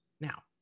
Now